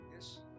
Yes